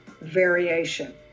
variation